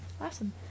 awesome